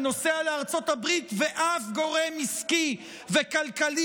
שנוסע לארצות הברית ואף גורם עסקי וכלכלי